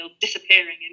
disappearing